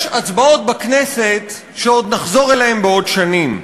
יש הצבעות בכנסת שעוד נחזור אליהן בעוד שנים,